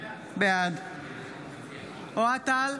בעד אוהד טל,